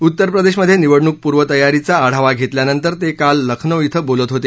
उत्तरप्रदेशमधे निवडणूक पूर्वतयारीचा आढावा घेतल्यानंतर ते काल लखनौ इथं बोलत होते